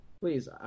Please